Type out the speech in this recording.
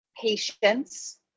patience